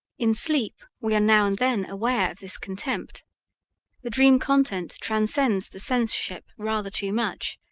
in sleep we are now and then aware of this contempt the dream content transcends the censorship rather too much,